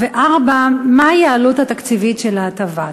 4. מה היא העלות התקציבית של ההטבה?